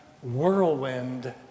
whirlwind